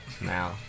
now